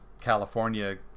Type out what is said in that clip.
California